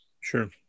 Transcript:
Sure